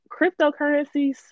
cryptocurrencies